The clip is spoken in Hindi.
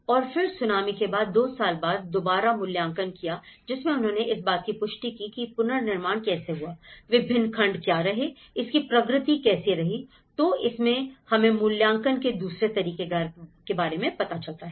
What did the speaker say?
और फिर सुनामी के 2 साल बाद दोबारा मूल्यांकन किया जिसमें उन्होंने इस बात की पुष्टि की की पुनर्निर्माण कैसे हुआ विभिन्न खंड क्या रहे इसकी प्रगति कैसी रही तो इससे हमें मूल्यांकन के दूसरे तरीके के बारे में पता चलता है